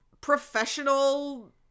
professional